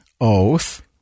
oath